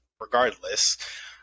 regardless